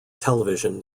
television